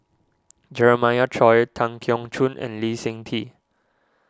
Jeremiah Choy Tan Keong Choon and Lee Seng Tee